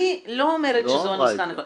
אני לא אומרת שזו הנוסחה הנכונה.